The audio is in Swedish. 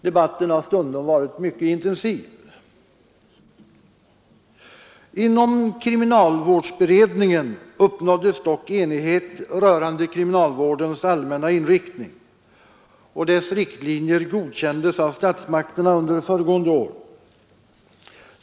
Debatten har stundom varit mycket intensiv. Inom kriminalvårdsberedningen uppnåddes dock enighet rörande kriminalvårdens allmänna inriktning, och dess riktlinjer godkändes av statsmakterna under föregående år.